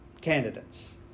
candidates